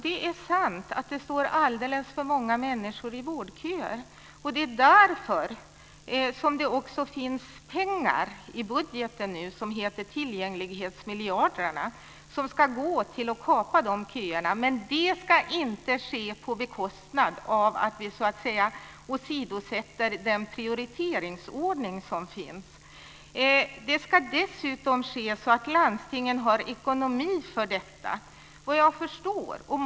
Det är sant att det står alldeles för många människor i vårdköer. Det är därför som det också finns pengar i budgeten som heter tillgänglighetsmiljarderna som ska gå till att kapa dessa köer. Men det ska inte ske genom att vi åsidosätter den prioriteringsordning som finns. Det ska dessutom ske så att landstingen har ekonomi för detta.